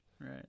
right